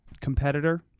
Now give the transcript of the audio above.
competitor